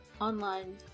online